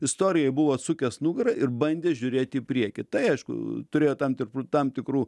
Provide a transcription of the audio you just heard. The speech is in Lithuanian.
istorijai buvo atsukęs nugarą ir bandė žiūrėt į priekį tai aišku turėjo tam tikrų tam tam tikrų